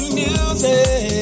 music